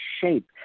shape